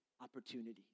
opportunities